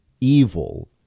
evil